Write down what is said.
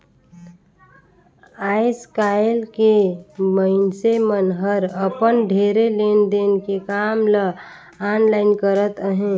आएस काएल के मइनसे मन हर अपन ढेरे लेन देन के काम ल आनलाईन करत अहें